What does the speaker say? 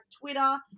Twitter